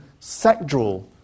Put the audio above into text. sectoral